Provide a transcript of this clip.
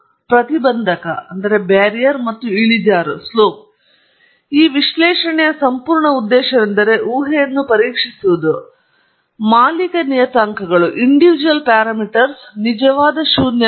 ಪ್ರತಿಬಂಧಕ ಮತ್ತು ಇಳಿಜಾರು ಮತ್ತು ಈ ವಿಶ್ಲೇಷಣೆಯ ಸಂಪೂರ್ಣ ಉದ್ದೇಶವೆಂದರೆ ಊಹೆಯನ್ನು ಪರೀಕ್ಷಿಸುವುದು ಮಾಲಿಕ ನಿಯತಾಂಕಗಳು ನಿಜವಾದ ಶೂನ್ಯವೆಂದು